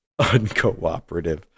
Uncooperative